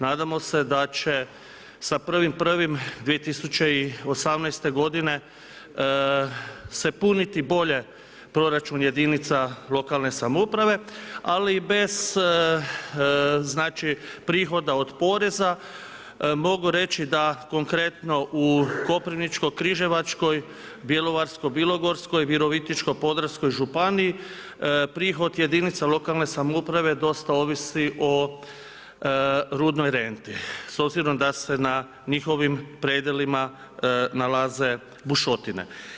Nadamo se da će sa 1.1.2018. g. se puniti bolje proračun jedinica lokalne samurove, ali bez znači, prihoda od poreza, mogu reći da konkretno u Koprivničkoj križevačkoj, Bjelovarsko bilogorskoj, Virovitičkoj podravskoj županiji, prihod jedinica lokalne samouprave dosta ovisi o rudnoj renti s obzirom da se na njihovim predjelima nalaze bušotine.